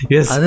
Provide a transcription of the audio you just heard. Yes